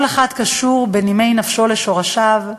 כל אחד קשור בנימי נפשו לשורשיו,